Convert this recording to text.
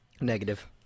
Negative